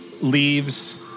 leaves